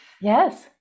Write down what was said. yes